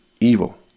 evil